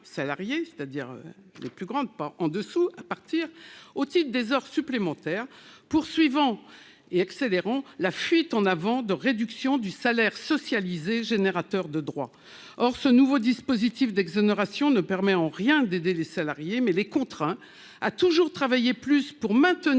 c'est-à-dire les plus grandes d'entre elles -au titre des heures supplémentaires, poursuivant et accélérant la fuite en avant dans la réduction du salaire socialisé générateur de droits. Or ce nouveau dispositif d'exonération ne permet en rien d'aider les salariés ; il les contraint à toujours travailler plus pour espérer